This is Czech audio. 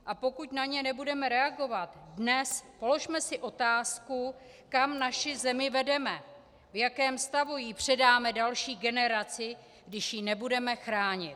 A pokud na ně nebudeme reagovat dnes, položme si otázku, kam naši zemi vedeme, v jakém stavu ji předáme další generaci, když ji nebudeme chránit.